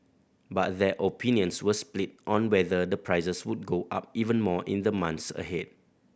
but their opinions were split on whether the prices would go up even more in the months ahead